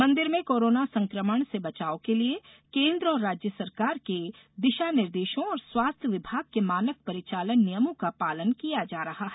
मंदिर में कोरोना संकमण से बचाव के लिए के केंद्र और राज्य सरकार के दिषा निर्देषों और स्वास्थ्य विभाग के मानक परिचालन नियमों का पालन किया जा रहा है